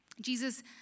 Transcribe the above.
Jesus